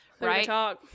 right